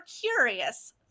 curious